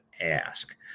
ask